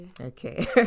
Okay